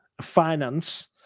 finance